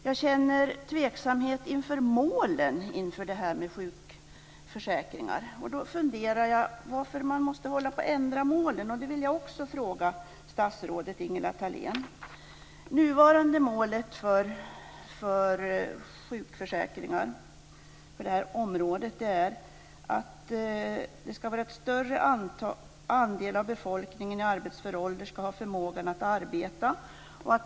Jag känner tveksamhet inför målen för det här med sjukförsäkringar. Jag funderar varför man måste hålla på och ändra målen. Det vill jag också fråga statsrådet Ingela Thalén. Det nuvarande målet för sjukförsäkringar på det här området är: En större andel av befolkningen i arbetsför ålder ska ha förmågan att arbeta.